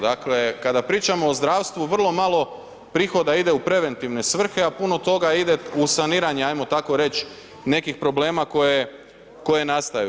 Dakle, kada pričamo o zdravstvu vrlo malo prihoda ide u preventivne svrhe, a puno toga ide u saniranje ajmo tako reć nekih problema koje nastaju.